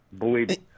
Believe